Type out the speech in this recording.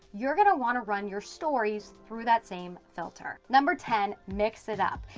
you're gonna want to run your stories through that same filter. number ten, mix it up.